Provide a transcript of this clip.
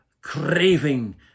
craving